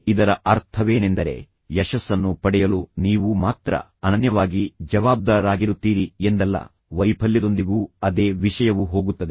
ಆದರೆ ಇದರ ಅರ್ಥವೇನೆಂದರೆ ಯಾವುದೇ ಯಶಸ್ಸನ್ನು ಪಡೆಯಲು ನೀವು ಮಾತ್ರ ಅನನ್ಯವಾಗಿ ಜವಾಬ್ದಾರರಾಗಿರುತ್ತೀರಿ ಎಂದಲ್ಲ ಮತ್ತು ವೈಫಲ್ಯದೊಂದಿಗೂ ಅದೇ ವಿಷಯವು ಹೋಗುತ್ತದೆ